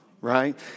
right